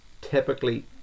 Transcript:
typically